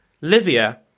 Livia